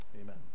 amen